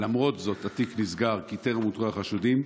ולמרות זאת התיק נסגר, כי טרם אותרו החשודים,